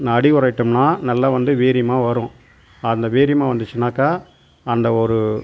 அந்த அடி ஒர இட்டோம்ன்னா நல்லா வந்து வீரியமாக வரும் அந்த வீரியமாக வந்துச்சுன்னாக்கா அந்த ஒரு